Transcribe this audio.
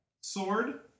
sword